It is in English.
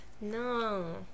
No